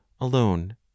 alone